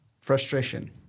frustration